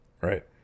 Right